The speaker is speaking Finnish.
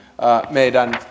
meidän